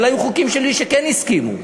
אבל היו חוקים שלי שכן הסכימו,